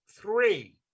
three